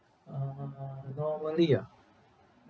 uh normally ya